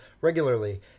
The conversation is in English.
regularly